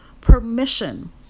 permission